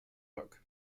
hook